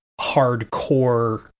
hardcore